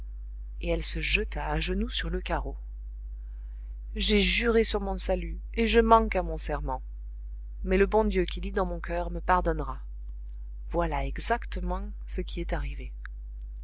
et elle se jeta à genoux sur le carreau j'ai juré sur mon salut et je manque à mon serment mais le bon dieu qui lit dans mon coeur me pardonnera voilà exactement ce qui est arrivé